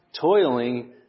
toiling